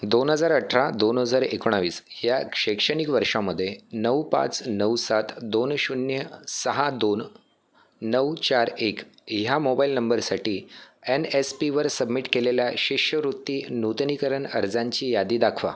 दोन हजार अठरा दोन हजार एकोणवीस या शैक्षणिक वर्षामध्ये नऊ पाच नऊ सात दोन शून्य सहा दोन नऊ चार एक ह्या मोबाईल नंबरसाठी एन एस पीवर सबमिट केलेल्या शिष्यवृत्ती नूतनीकरण अर्जांची यादी दाखवा